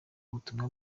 ubutumwa